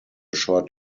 short